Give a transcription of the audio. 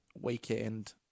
weekend